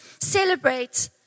celebrate